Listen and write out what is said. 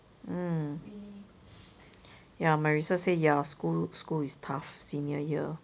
mm ya marissa say school is tough senior yeah